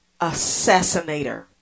assassinator